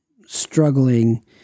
struggling